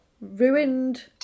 ruined